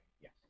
Yes